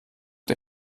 der